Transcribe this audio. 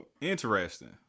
Interesting